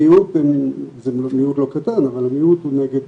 המיעוט, זה מיעוט לא קטן, הוא נגד